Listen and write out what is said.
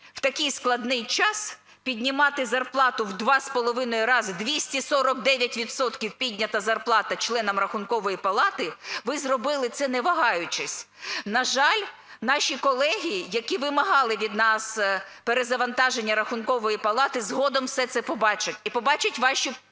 в такий складний час піднімати зарплату в два з половиною рази, 249 відсотків піднята зарплата членам Рахункової палати, ви зробили це не вагаючись. На жаль, наші колеги, які вимагали від нас перезавантаження Рахункової палати, згодом усе це побачать і побачать вашу залежну